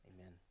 Amen